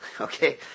okay